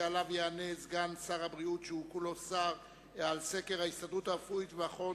שעליו יענה סגן שר הבריאות שכולו שר: סקר ההסתדרות הרפואית ומכון